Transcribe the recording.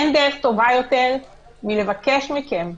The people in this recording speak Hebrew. אין דרך טובה יותר מלבקש מכם.